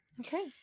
Okay